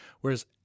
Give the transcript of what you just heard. Whereas